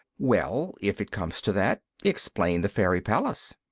well, if it comes to that, explain the fairy palace.